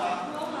כמו מה?